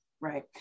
right